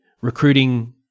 recruiting